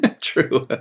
True